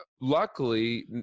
luckily